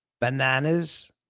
bananas